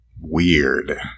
Weird